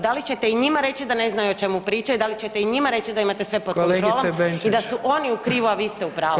Da li ćete i njima reći da ne znaju o čemu pričaju, da li ćete i njima reći da imate sve pod kontrolom i da su oni u krivu, a vi ste u pravu?